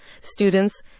students